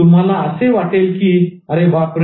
तुम्हाला असे वाटेल की अरे बापरे